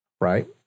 right